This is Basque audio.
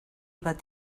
bat